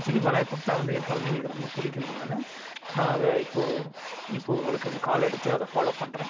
actually malai kofta வந்து என் குலந்தைங்களுக்கு ரொம்ப பிடிக்குன்றதுனால நான் அதை இப்போது இப்போது உங்களுக்கு இந்த கால் எடுத்து அதை ஃபாலோப் பண்ணுறேன்